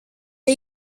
are